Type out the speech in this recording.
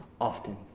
often